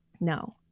No